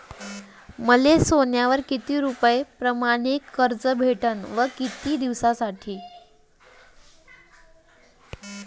मले सोन्यावर किती रुपया परमाने कर्ज भेटन व किती दिसासाठी?